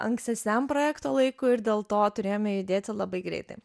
ankstesniam projekto laiku ir dėl to turėjome judėti labai greitai